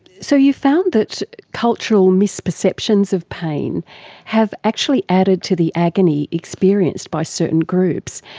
so you found that cultural misperceptions of pain have actually added to the agony experienced by certain groups.